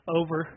over